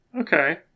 Okay